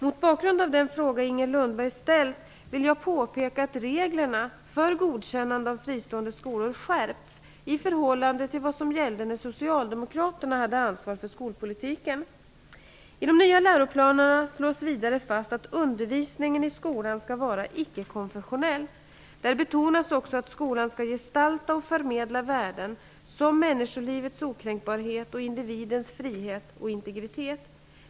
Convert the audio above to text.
Mot bakgrund av den fråga Inger Lundberg ställt vill jag påpeka att reglerna för godkännande av fristående skolor skärpts i förhållande till vad som gällde när socialdemokraterna hade ansvaret för skolpolitiken. I de nya läroplanerna slås vidare fast att undervisningen i skolan skall vara ickekonfessionell. Där betonas också att skolan skall gestalta och förmedla värden som människolivets okränkbarhet och individens frihet och integritet.